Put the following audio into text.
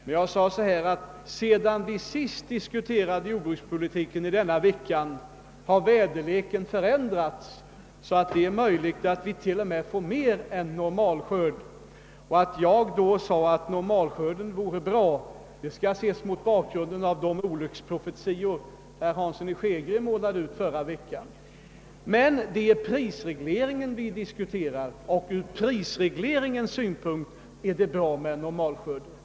Men jag sade också, att väderleken sedan vi i förra veckan diskuterade jordbrukspolitiken har ändrats, varför det är möjligt att vi t.o.m. får mer än normal skörd. Att jag i förra veckan ansåg att det vore bra med en normal skörd skall ses mot bakgrunden av herr Hanssons olycksprofetior vid det tillfället. Det är ju prisregleringen vi nu diskuterar, och från prisregleringssynpunkt är det bra med en normal skörd.